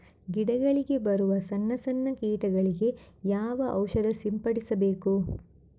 ಗಿಡಗಳಿಗೆ ಬರುವ ಸಣ್ಣ ಸಣ್ಣ ಕೀಟಗಳಿಗೆ ಯಾವ ಔಷಧ ಸಿಂಪಡಿಸಬೇಕು?